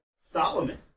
Solomon